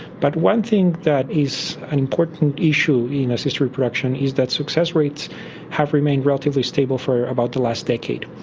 but one thing that is an important issue in assisted reproduction is that success rates have remained relatively stable for about the last decade.